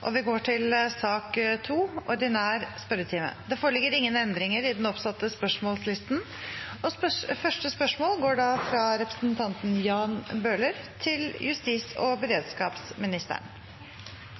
og vi går til den ordinære spørretimen. Det foreligger ingen endringer i den oppsatte spørsmålslisten. Jeg vil gjerne stille følgende spørsmål